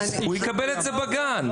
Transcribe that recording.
הוא יוכל לקבל את זה בגן.